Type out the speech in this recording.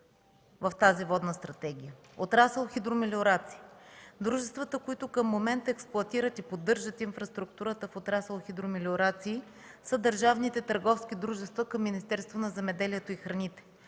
в тази „Водна стратегия”. Отрасъл „Хидромелиорация”: „Дружествата, които към момента експлоатират и поддържат инфраструктурата в отрасъл ”Хидромелиорации”, са държавните търговски дружества към Министерството на земеделието и храните: